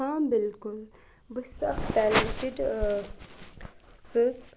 ہاں بالکل بہٕ چھِس اَکھ ٹیلنٹٕڑ سٕژ